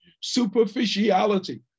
superficiality